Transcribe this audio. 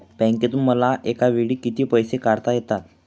बँकेतून मला एकावेळी किती पैसे काढता येतात?